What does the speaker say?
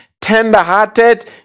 tender-hearted